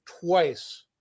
twice